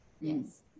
Yes